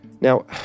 Now